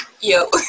yo